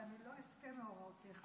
ואני לא אסטה מהוראותיך.